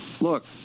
look